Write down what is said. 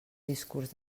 discurs